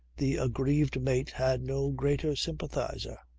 the aggrieved mate had no greater sympathizer.